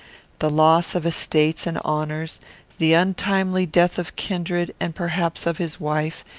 the loss of estates and honours the untimely death of kindred, and perhaps of his wife,